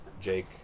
Jake